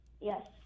Yes